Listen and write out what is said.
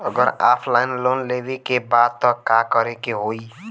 अगर offline loan लेवे के बा त का करे के होयी?